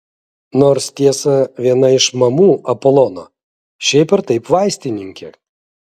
nors tiesa viena iš mamų apolono šiaip ar taip vaistininkė